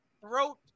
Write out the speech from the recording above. throat